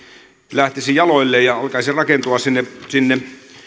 lähtisi jaloilleen ja alkaisi rakentua sinne sinne